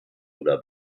oder